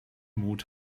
mut